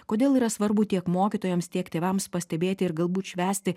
kodėl yra svarbu tiek mokytojams tiek tėvams pastebėti ir galbūt švęsti